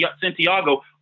Santiago